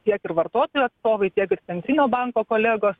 tiek ir vartotojų atstovai tiek ir centrinio banko kolegos